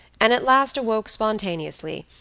and at last awoke spontaneously,